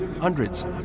hundreds